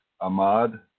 Ahmad